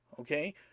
okay